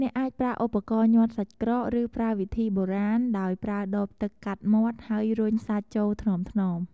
អ្នកអាចប្រើឧបករណ៍ញាត់សាច់ក្រក ឬប្រើវិធីបុរាណដោយប្រើដបទឹកកាត់មាត់ ហើយរុញសាច់ចូលថ្នមៗ។